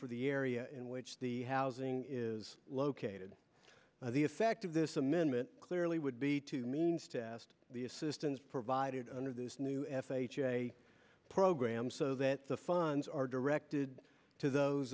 for the area in which the housing is located the effect of this amendment clearly would be to means test the assistance provided under this new f h a program so that the funds are directed to those